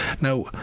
now